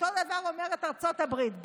אותו הדבר אומרת ארצות הברית.